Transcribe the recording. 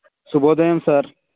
శుభోదయం సార్